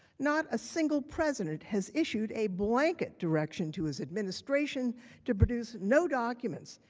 not a single president has issued a blanket direction to his administration to produce no documents.